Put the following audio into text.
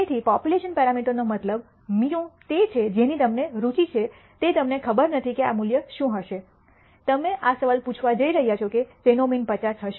તેથી પોપ્યુલેશન પેરામીટરનો મતલબ μ તે છે જેની તમને રુચિ છે તે તમને ખબર નથી કે આ મૂલ્ય શું હશે તમે આ સવાલ પૂછવા જઇ રહ્યા છો કે તેનો મીન 50 થશે